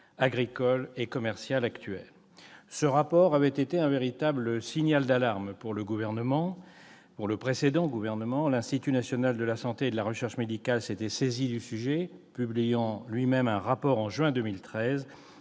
agricoles et commerciales actuelles. Ce rapport avait été un véritable signal d'alarme pour le précédent gouvernement : l'Institut national de la santé et de la recherche médicale s'était saisi du sujet, publiant lui-même un rapport en juin 2013,